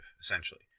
essentially